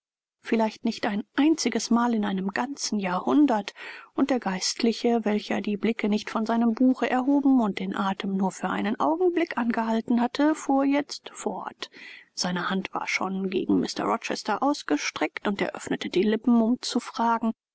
vielleicht nicht ein einziges mal in einem ganzen jahrhundert und der geistliche welcher die blicke nicht von seinem buche erhoben und den atem nur für einen augenblick angehalten hatte fuhr jetzt fort seine hand war schon gegen mr rochester ausgestreckt und er öffnete die lippen um zu fragen